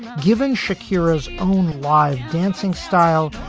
given shakira his own lie dancing style.